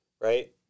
Right